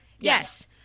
Yes